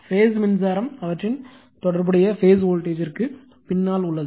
base மின்சாரம் அவற்றின் தொடர்புடைய பேஸ் வோல்டேஜ் ற்கு பின்னால் உள்ளது